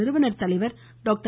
நிறுவன் தலைவர் டாக்டர்